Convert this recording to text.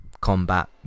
combat